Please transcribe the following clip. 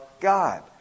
God